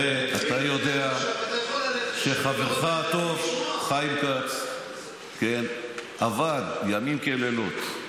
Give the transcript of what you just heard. הרי אתה יודע שחברך הטוב חיים כץ עבד לילות כימים.